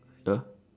the